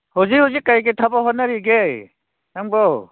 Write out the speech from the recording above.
ꯍꯧꯖꯤꯛ ꯍꯧꯖꯤꯛ ꯀꯩ ꯀꯩ ꯊꯕꯛ ꯍꯣꯠꯅꯔꯤꯒꯦ ꯅꯪꯕꯣ